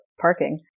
parking